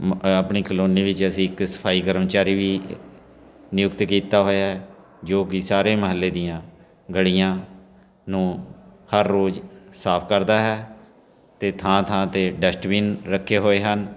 ਆਪਣੀ ਕਲੋਨੀ ਵਿੱਚ ਅਸੀਂ ਇੱਕ ਸਫਾਈ ਕਰਮਚਾਰੀ ਵੀ ਨਿਯੁਕਤ ਕੀਤਾ ਹੋਇਆ ਜੋ ਕਿ ਸਾਰੇ ਮਹੱਲੇ ਦੀਆਂ ਗਲੀਆਂ ਨੂੰ ਹਰ ਰੋਜ਼ ਸਾਫ਼ ਕਰਦਾ ਹੈ ਅਤੇ ਥਾਂ ਥਾਂ 'ਤੇ ਡਸਟਬੀਨ ਰੱਖੇ ਹੋਏ ਹਨ